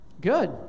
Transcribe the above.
Good